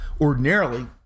ordinarily